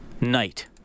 night